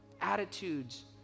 Attitudes